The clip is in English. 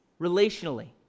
relationally